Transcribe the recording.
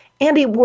Andy